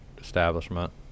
establishment